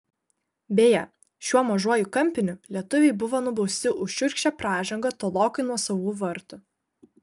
beje šiuo mažuoju kampiniu lietuviai buvo nubausti už šiurkščią pražangą tolokai nuo savų vartų